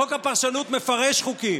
חוק הפרשנות מפרש חוקים,